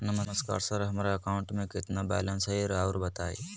नमस्कार सर हमरा account number में कितना बैलेंस हेई राहुर बताई?